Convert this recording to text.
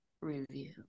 review